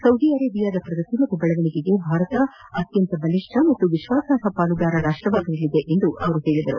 Saudi ಅರೇಬಿಯಾದ ಪ್ರಗತಿ ಮತ್ತು ಬೆಳವಣಿಗೆಗೆ ಭಾರತ ಅತ್ಯಂತ ಬಲಿಷ್ಠ ಮತ್ತು ವಿಶ್ವಾಸಾರ್ಹ ಪಾಲುದಾರ ರಾಷ್ಟ್ವಾಗಿರಲಿದೆ ಎಂದರು